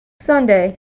Sunday